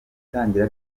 itangira